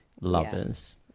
lovers